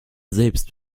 selbst